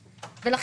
הדוגמאות.